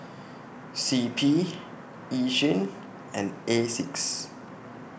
C P Yishion and Asics